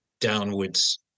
downwards